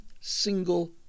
single